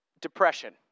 depression